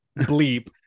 bleep